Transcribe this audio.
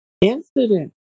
incident